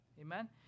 Amen